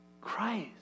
Christ